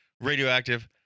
radioactive